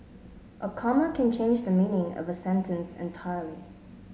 a comma can change the meaning of a sentence entirely